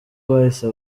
bwahise